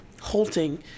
halting